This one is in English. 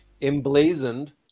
emblazoned